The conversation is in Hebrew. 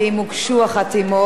אם הוגשו החתימות.